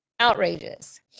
Outrageous